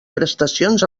prestacions